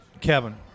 Kevin